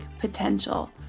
potential